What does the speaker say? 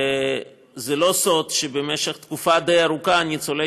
זה לא סוד שבמשך תקופה די ארוכה ניצולי